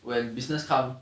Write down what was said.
when business come